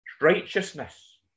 righteousness